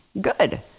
good